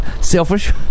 Selfish